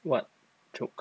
what took